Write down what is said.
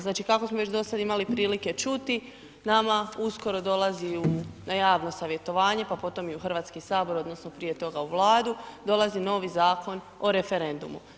Znači, kako smo već dosada imali prilike čuti, nama uskoro dolazi na javno savjetovanje, pa potom i u HS, odnosno prije toga u Vladu, dolazi novi Zakon o referendumu.